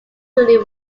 truly